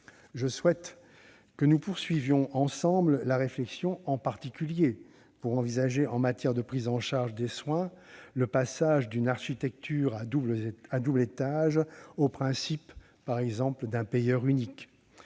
Je souhaite que nous poursuivions ensemble la réflexion, en particulier pour envisager, en matière de prise en charge des soins, le passage d'une architecture à double étage au principe d'un payeur unique.